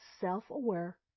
self-aware